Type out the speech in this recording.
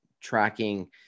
tracking